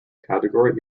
category